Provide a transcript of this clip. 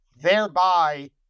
thereby